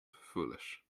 foolish